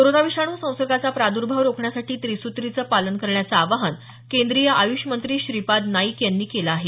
corona विषाणू संसर्गाचा प्रादुर्भाव रोखण्यासाठी त्रिसुत्रीचं पालन करण्याचं आवाहन केंद्रीय आय्ष मंत्री श्रीपाद नाईक यांनी केलं आहे